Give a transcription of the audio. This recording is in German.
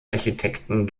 architekten